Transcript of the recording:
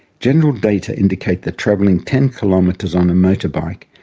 general data indicate that travelling ten kilometres on a motorbike,